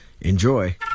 Enjoy